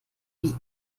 wie